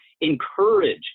encourage